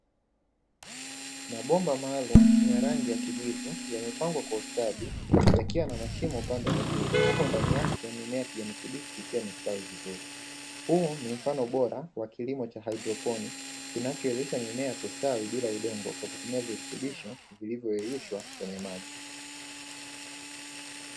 Mabomba maalumu ya rangi ya kijivu yamepangwa kwa ustadi yakiwa na mashimo upande wa juu, huku ndani yake mimea kijani kibichi ikiwa imestawi vizuri; huu ni mfano bora wa kilimo cha haidroponi kinachowezesha mimea kustawi bila udongo kwa kutumia virutubisho, vilivyoyeyushwa kwenye maji.